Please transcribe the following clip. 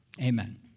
Amen